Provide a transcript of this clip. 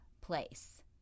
place